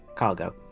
cargo